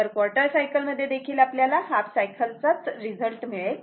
तर quarter cycle मध्ये देखील आपल्याला हाफ सायकल जाच् रिझल्ट मिळेल